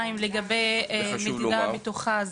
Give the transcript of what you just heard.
ב' לגבי הנושא של מדידה בטוחה.